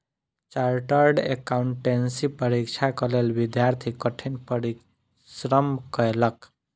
chartered accountancy परीक्षाक लेल विद्यार्थी कठिन परिश्रम कएलक